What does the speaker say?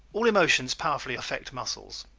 all emotions powerfully affect muscles.